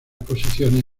posiciones